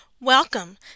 Welcome